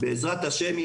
בעזרת השם,